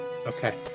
okay